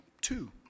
two